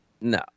No